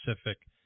specific